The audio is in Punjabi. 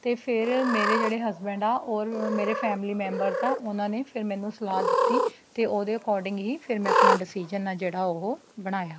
ਅਤੇ ਫਿਰ ਮੇਰੇ ਜਿਹੜੇ ਹਸਬੈਂਡ ਆ ਔਰ ਮੇਰੇ ਫੈਮਿਲੀ ਮੈਂਬਰਸ ਆ ਉਹਨਾਂ ਨੇ ਫਿਰ ਮੈਨੂੰ ਸਲਾਹ ਦਿੱਤੀ ਅਤੇ ਉਹਦੇ ਅਕੋਰਡਿੰਗ ਹੀ ਫਿਰ ਮੈਂ ਡਸੀਜ਼ਨ ਹੈ ਜਿਹੜਾ ਉਹ ਬਣਾਇਆ